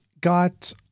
got